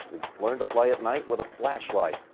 learned to play at night with a flashlight.